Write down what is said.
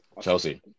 Chelsea